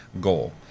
goal